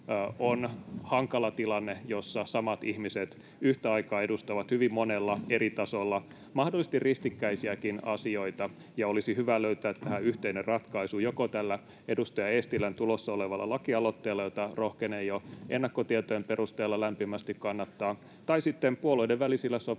On hankala tilanne, jos samat ihmiset yhtä aikaa edustavat hyvin monella eri tasolla mahdollisesti ristikkäisiäkin asioita, ja olisi hyvä löytää tähän yhteinen ratkaisu joko tällä edustaja Eestilän tulossa olevalla lakialoitteella, jota rohkenen jo ennakkotietojen perusteella lämpimästi kannattaa, tai sitten puolueiden välisillä sopimuksilla.